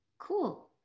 cool